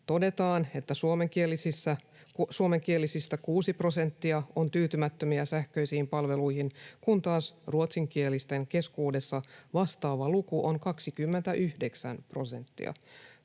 todetaan, että suomenkielisistä 6 prosenttia on tyytymättömiä sähköisiin palveluihin, kun taas ruotsinkielisten keskuudessa vastaava luku on 29 prosenttia.